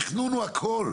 תכנון הוא הכול.